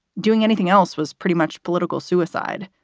doing anything else was pretty much political suicide.